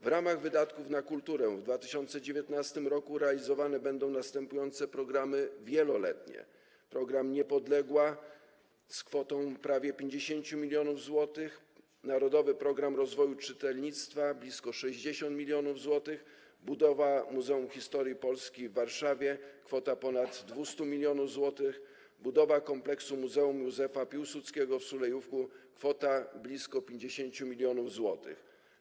W ramach wydatków na kulturę w 2019 r. realizowane będą następujące programy wieloletnie: program „Niepodległa” - kwota prawie 50 mln zł, „Narodowy program rozwoju czytelnictwa” - blisko 60 mln zł, budowa Muzeum Historii Polski w Warszawie - kwota ponad 200 mln zł, budowa kompleksu Muzeum Józefa Piłsudskiego w Sulejówku - kwota blisko 50 mln zł.